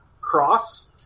cross